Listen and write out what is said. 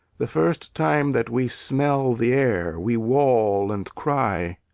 the first time that we smell the air we wawl and cry.